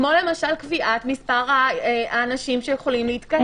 כמו למשל קביעת מספר האנשים שיכולים להתקהל.